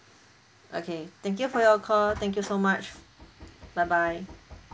okay thank you for your call thank you so much bye bye